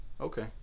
Okay